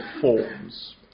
forms